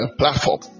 platform